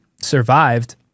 survived